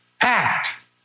Act